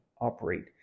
operate